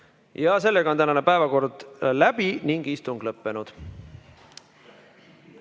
Sellega on tänane päevakord läbi ning istung lõppenud.